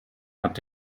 hat